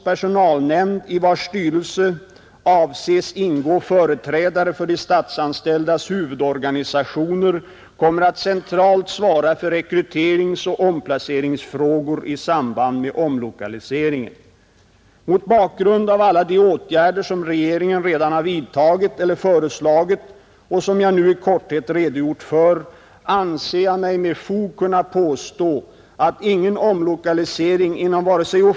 I stället trycks i interpellationssvaret med emfas på att man varit så duktig att informera personalen. Sålunda omtalar statsrådet Löfberg att under utredningens arbete tog denna kontakt med de anställdas huvudorganisationer. Det förefaller som om herr Löfberg anser det vara bevis på en ovanligt avancerad form av företagsdemokrati att man inför ett tillämnat beslut, som syftar till att delvis med tvång tvinga människor från deras invanda hemförhållanden och bekantskapskrets m.m., tar kontakt med dessa människors huvudorganisationer.